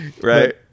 Right